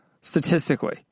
Statistically